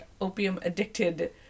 opium-addicted